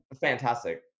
fantastic